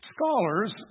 Scholars